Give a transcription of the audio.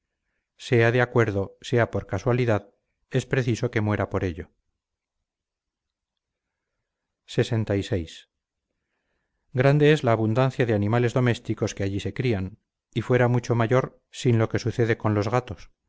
sea de acuerdo sea por casualidad es preciso que muera por ello lxvi grande es la abundancia de animales domésticos que allí se crían y fuera mucho mayor sin lo que sucede con los gatos